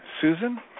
Susan